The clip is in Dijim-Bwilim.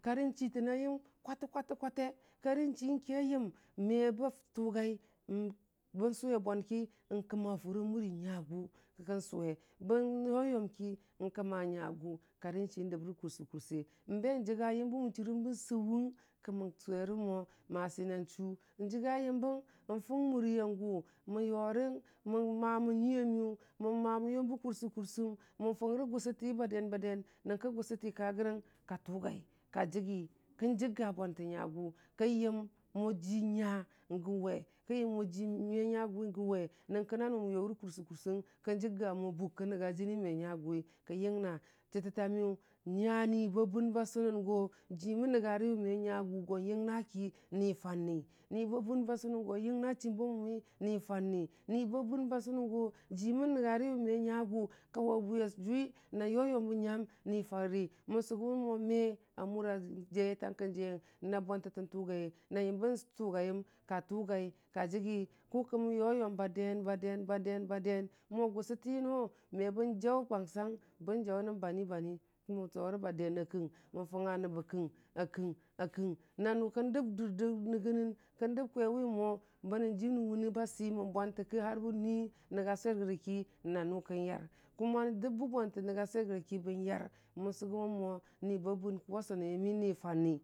karə chiitəna yəm kwatə kwate, karə chii ke yəm bə me ba tʊganəm bən sʊwe bwanki, kə ma a fʊr a mʊri nyagʊ ke kən swe, bən yʊ yʊmki, kəma nya gʊ, kari chii dəbrə kursəkurse nbe jiya yəmbə mən chʊrənbə saʊng kə mən suwerə mo masi nən chʊʊ, njiga yəmbəang, n fʊng muriyangʊ, mən yʊrəng, n fʊng muriyangʊ, mən yʊrang, mə mamən nyuia miyʊ, mən mamən yubə kursa kursəng, mən fʊngri gʊsʊti ba den- ba- den nyənki gʊsʊti ka rəgən ka tʊgai, ka jigi kən jigga bwantə nyagʊ kən yəm mo jii nya gən we kən yəm mo jii me nyagʊwi gən we, nyinke nanʊ mən yʊrəgə kursə kursəng, kən jigga mo bʊk kən nənga jinii me nyagʊ wi, kən yingna, chiteta miyu nya ni ba bən ba sʊnəngo jii mən nəngari me nyagʊ go yəngna ki nii fanni, nii ba bən yo yənga chiimba məmi, nni fanni, nii ba bən ba sʊnəngo jii wu mən nənga ri wʊ me nyagʊ kawe bwii a jʊwi na yʊ yʊmbə nyam nii fanni, mən sʊgʊm mo me a mʊri a jaiye tankə jaiyenk na bwantətən tʊgaiyəng na yəmbə fʊ gaiyəng ka tʊgai ka jigi kʊkə mən yʊ yʊm ba den- ba den mo gʊsʊtənoo me bən jaʊ bangsang bən jaʊ nə banii banii, kə mə tʊwerə ba den a kəng mən fʊnga nəb a kəng, a kəng, na nʊ kən dəb dʊr də nəgənəng, kən dəb kwewi mo banənjum nən wʊnə ba swimən bwanlə ki bən nui nənya swer rəyoki na nʊ kən yar, ndəbbə bwantə nənya swer rəgə ki bən yar mən sʊgʊmən mo nii ba bənku a sʊnən yəmi nii fanni.